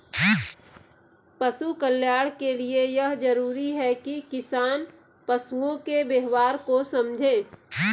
पशु कल्याण के लिए यह जरूरी है कि किसान पशुओं के व्यवहार को समझे